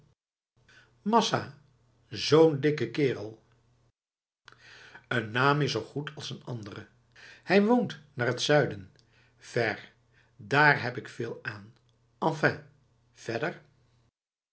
masa zo'n dikke kerel een naam is zo goed als een andere hij woont naar het zuiden vérh daar heb ik veel aan enfin verder